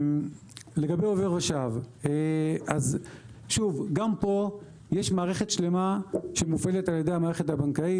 לגבי עובר ושב גם פה יש מערכת שלמה שמופעלת על ידי המערכת הבנקאית.